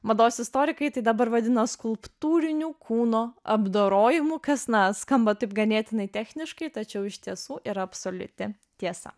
mados istorikai tai dabar vadina skulptūrinių kūno apdorojimu kas na skamba taip ganėtinai techniškai tačiau iš tiesų yra absoliuti tiesa